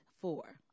Four